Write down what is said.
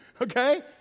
Okay